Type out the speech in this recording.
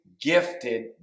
gifted